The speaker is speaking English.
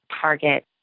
target